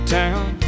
town